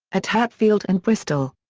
at hatfield and bristol.